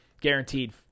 Guaranteed